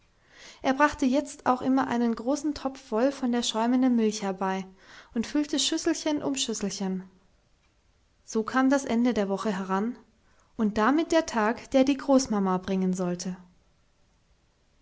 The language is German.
er brachte jetzt auch immer einen großen topf voll von der schäumenden milch herbei und füllte schüsselchen um schüsselchen so kam das ende der woche heran und damit der tag der die großmama bringen sollte